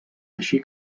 així